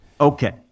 Okay